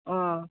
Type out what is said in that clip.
ꯑ